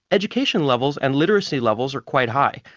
education levels and literacy levels are quite high.